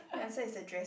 your answer is a dress